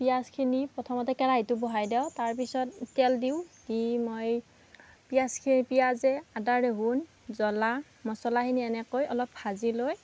পিঁয়াজখিনি প্ৰথমতে কেৰাহিটো বহাই দেওঁ তাৰ পিছত তেল দিওঁ দি মই পিঁয়াজ কে পিঁয়াজে আদা ৰেহুন জলা মছলাখিনি এনেকৈ অলপ ভাজি লৈ